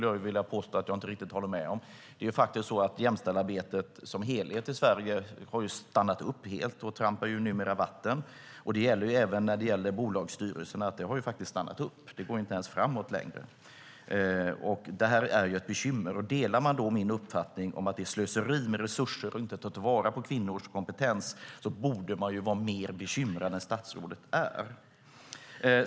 Jag håller inte riktigt med om detta. Jämställdhetsarbetet som helhet har stannat upp helt i Sverige och trampar numera vatten. Det gäller även bolagsstyrelserna; det har stannat upp. Det går inte ens framåt längre. Detta är ett bekymmer. Delar man då min uppfattning att det är slöseri med resurser att inte ta till vara kvinnors kompetens borde man vara mer bekymrad än statsrådet är. Herr talman!